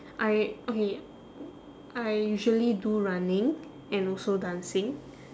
I okay I usually do running and also dancing